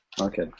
Okay